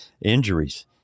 injuries